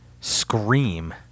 Scream